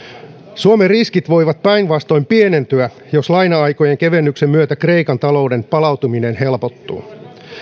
suomen riskit voivat päinvastoin pienentyä jos laina aikojen kevennyksen myötä kreikan talouden palautuminen helpottuu